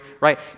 Right